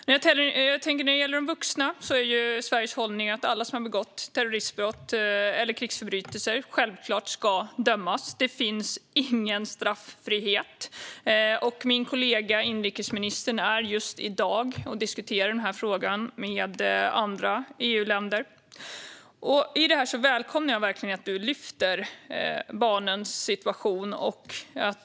När det gäller de vuxna är Sveriges hållning att alla som har begått terroristbrott eller krigsförbrytelser självklart ska dömas. Det finns ingen straffrihet. Min kollega inrikesministern är just i dag och diskuterar frågan med andra EU-länder. Jag välkomnar verkligen att Thomas Hammarberg lyfter fram barnens situation.